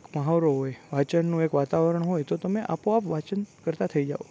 એક મહાવરો હોય વાંચનનું એક વાતાવરણ હોય તો તમે આપોઆપ વાંચન કરતા થઈ જાઓ